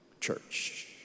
church